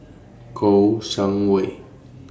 Kouo Shang Wei